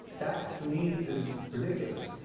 that, to me, is ridiculous.